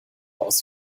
aus